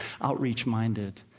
Outreach-Minded